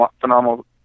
phenomenal